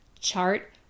chart